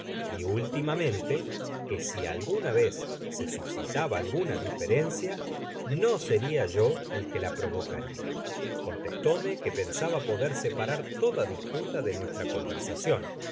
y últimamente que si alguna vez se suscitaba alguna diferencia no seria yo el que la provocaria content from google book search generated at contestóme que pensaba poder separar toda disputa de nuestra conversacion